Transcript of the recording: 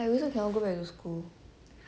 I also cannot go back to school